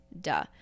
Duh